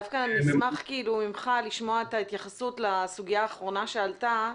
ממך אשמח לשמוע את ההתייחסות לסוגיה האחרונה שעלתה,